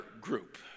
group